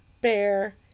Bear